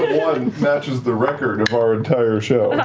matches the record of our entire show.